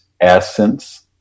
essence